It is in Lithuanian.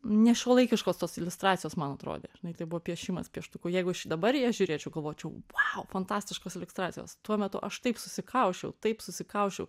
nešiuolaikiškos tos iliustracijos man atrodė žinai tai buvo piešimas pieštuku jeigu aš dabar į jas žiūrėčiau galvočiau vau fantastiškos liustracijos tuo metu aš taip susikausčiau taip susikausčiau